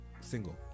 single